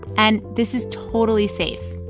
and this is totally safe.